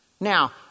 Now